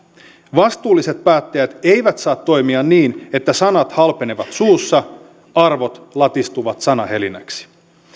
vastuulliset päättäjät eivät saa toimia niin että sanat halpenevat suussa arvot latistuvat sanahelinäksi